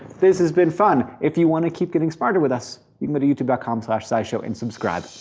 this has been fun. if you want to keep getting smarter with us, you can go to youtube dot com slash scishow and subscribe.